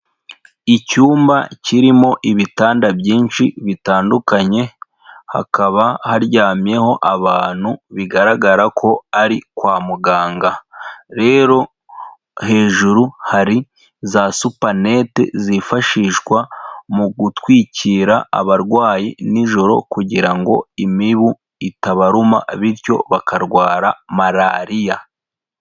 Icyumba kirimo ibitanda byinshi bitandukanye, hakaba haryamyeho abantu bigaragara ko ari kwa muganga rero hejuru hari za supanete, zifashishwa mu gutwikira abarwayi nijoro kugira imibu itabaruma bityo bakarwara malariya.